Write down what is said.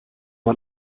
man